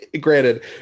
granted